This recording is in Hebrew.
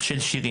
של 16